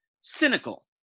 cynical